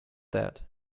that